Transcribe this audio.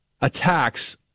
attacks